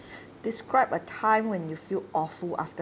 describe a time when you feel awful after